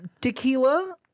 tequila